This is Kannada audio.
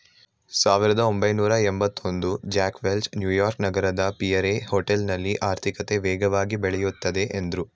ಸಾವಿರದಒಂಬೈನೂರಎಂಭತ್ತಒಂದು ಜ್ಯಾಕ್ ವೆಲ್ಚ್ ನ್ಯೂಯಾರ್ಕ್ ನಗರದ ಪಿಯರೆ ಹೋಟೆಲ್ನಲ್ಲಿ ಆರ್ಥಿಕತೆ ವೇಗವಾಗಿ ಬೆಳೆಯುತ್ತದೆ ಎಂದ್ರು